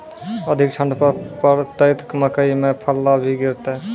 अधिक ठंड पर पड़तैत मकई मां पल्ला भी गिरते?